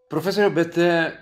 profesoriau bet